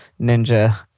Ninja